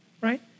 right